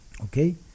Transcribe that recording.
Okay